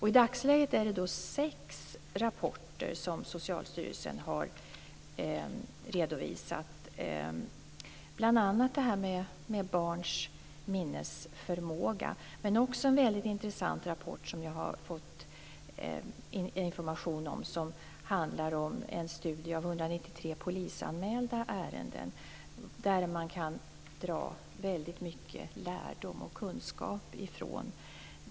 I dagsläget är det sex rapporter som Socialstyrelsen har redovisat, bl.a. om barns minnesförmåga. Men jag har också fått information om en annan intressant rapport med en studie av 193 polisanmälda ärenden. Det är en rapport som man kan dra väldigt mycket lärdom och kunskap av.